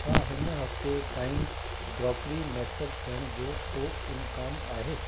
छा हिन हफ़्ते ताईं क्रोकरी मुयसरु थियण जो को इम्कान आहे